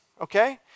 okay